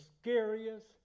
scariest